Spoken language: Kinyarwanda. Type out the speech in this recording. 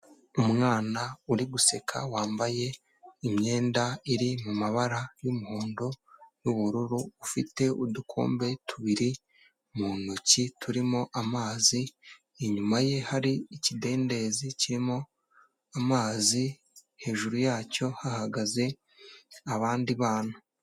Umwana uri guseka wambaye imyenda iri mu mabara y'umuhondo n'ubururu ufite udukombe tubiri mu ntoki turimo amazi, inyuma ye hari ikidendezi kirimo amazi, hejuru yacyo hahagaze abandi bana.